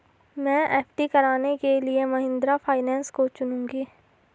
मैं एफ.डी कराने के लिए महिंद्रा फाइनेंस को चुनूंगी